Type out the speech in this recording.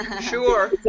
Sure